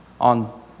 on